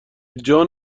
جان